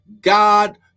God